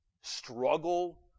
struggle